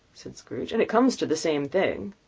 said scrooge. and it comes to the same thing.